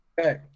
Okay